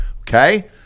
Okay